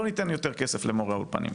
לא ניתן יותר כסף למורי האולפנים.